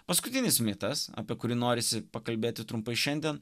paskutinis mitas apie kurį norisi pakalbėti trumpai šiandien